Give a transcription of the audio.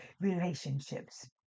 relationships